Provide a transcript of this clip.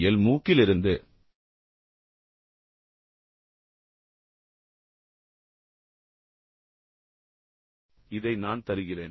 L மூக்கிலிருந்து இதை நான் தருகிறேன்